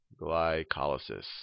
Glycolysis